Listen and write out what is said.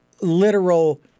literal